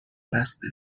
بسته